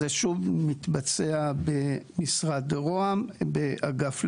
זה שוב מתבצע במשרד ראש הממשלה באגף לגיור.